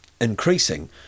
increasing